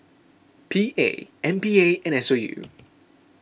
P A M P A and S O U